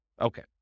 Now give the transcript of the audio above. Okay